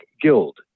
guild